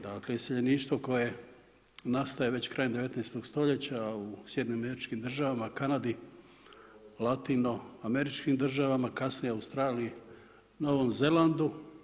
Dakle, iseljeništvo koje nastaje već krajem 19.-og stoljeća u SAD-u, Kanadi, latinoameričkim državama, kasnije u Australiji, Novom Zelandu.